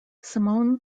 simone